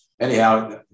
anyhow